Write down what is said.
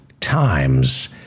times